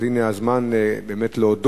אז הנה הזמן להודות